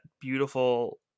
beautiful